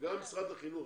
גם משרד החינוך,